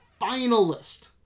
finalist